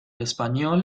espanyol